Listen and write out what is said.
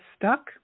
stuck